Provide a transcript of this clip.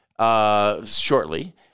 shortly